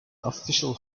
official